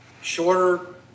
shorter